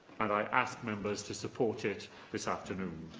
and i ask members to support it this afternoon.